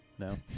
No